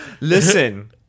Listen